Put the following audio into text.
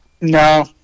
no